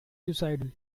suicidal